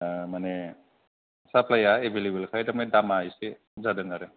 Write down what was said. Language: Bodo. माने साफ्लाया एभेल एभेलखाय दामानि दामआ एसे जादों आरो